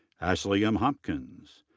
ashley m. hopkins.